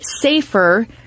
safer